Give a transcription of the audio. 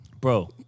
Bro